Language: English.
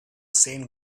same